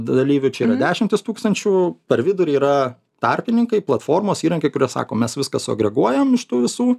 dalyvių čia yra dešimtys tūkstančių per vidurį yra tarpininkai platformos įrankiai kurie sako mes viską suagreguojam iš tų visų